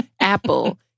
Apple